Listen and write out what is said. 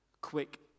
quick